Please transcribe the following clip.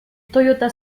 toyota